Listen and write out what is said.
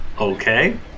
Okay